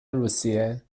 روسیه